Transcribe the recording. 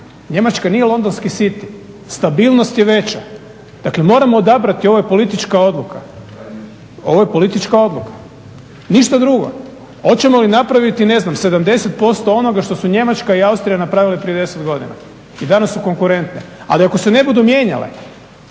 Njemačka nije londonski City, stabilnost je veća. Dakle, moramo odabrati, ovo je politička odluka, ovo je politička odluka, ništa drugo. Hoćemo li napraviti ne znam 70% onoga što su Njemačka i Austrija napravile prije 10 godine i danas su konkurentne. Ali ako se ne budu mijenjale